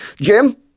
Jim